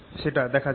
সেটা দেখা যাক